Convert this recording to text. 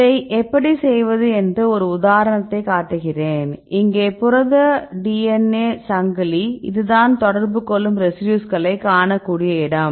இதை எப்படி செய்வது என்று ஒரு உதாரணத்தைக் காட்டுகிறேன் இங்கே புரத DNA சங்கிலி இதுதான் தொடர்பு கொள்ளும் ரெசிடியூஸ்களை காணக்கூடிய இடம்